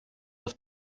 auf